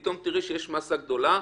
פתאום תראי שיש מסה גדולה,